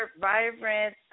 vibrant